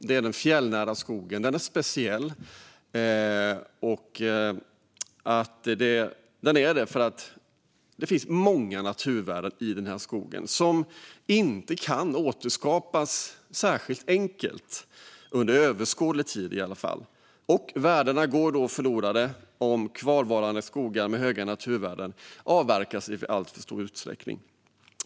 Den fjällnära skogen är speciell, och det är den för att det finns många naturvärden i den skogen som inte kan återskapas särskilt enkelt, i alla fall inte under överskådlig tid. Värdena går då förlorade om kvarvarande skogar med höga naturvärden avverkas i alltför stor utsträckning.